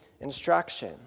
instruction